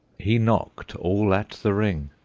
he knocked all at the ring,